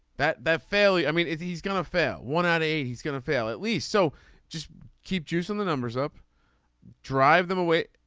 that that fairly i mean if he's gonna fail one at eight he's gonna fail at least. so just keep juicing the numbers up drive them away.